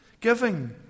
giving